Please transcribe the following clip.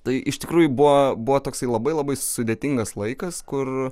tai iš tikrųjų buvo buvo toksai labai labai sudėtingas laikas kur